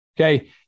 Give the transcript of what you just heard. Okay